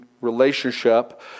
relationship